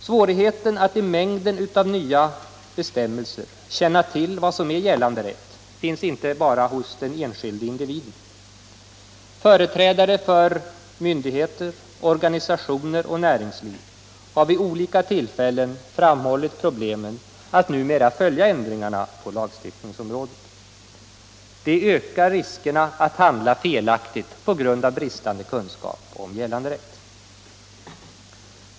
Svårigheten att i mängden av nya bestämmelser känna till vad som är gällande rätt finns inte endast hos den enskilde individen. Företrädare för myndigheter, organisationer och näringsliv har vid olika tillfällen framhållit problemen att numera följa ändringar på lagstiftningsområdet. Det ökar riskerna att handla felaktigt på grund av bristande kunskap om gällande rätt.